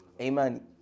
Amen